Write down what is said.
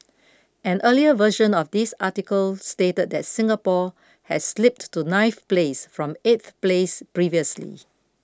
an earlier version of this article stated that Singapore had slipped to ninth place from eighth place previously